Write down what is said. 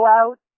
out